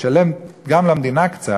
תשלם גם למדינה קצת,